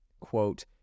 Quote